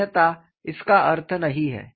अन्यथा इसका अर्थ नहीं है